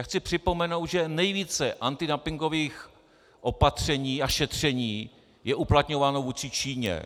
Chci připomenout, že nejvíce antidumpingových opatření a šetření je uplatňováno vůči Číně.